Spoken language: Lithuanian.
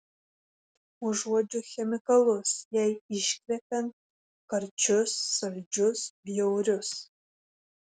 užuodžiu chemikalus jai iškvepiant karčius saldžius bjaurius